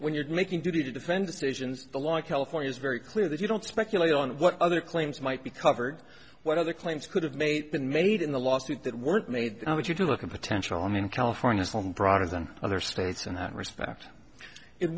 when you're making duty to defend decisions along californias very clear that you don't speculate on what other claims might be covered what other claims could have made been made in the lawsuit that weren't made but you do look at potential i mean california some broader than other states and that respect it